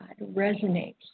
resonates